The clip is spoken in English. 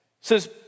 says